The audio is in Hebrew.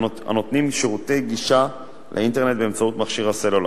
הנותנים שירותי גישה לאינטרנט באמצעות מכשירי הסלולר.